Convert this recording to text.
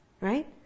Right